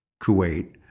Kuwait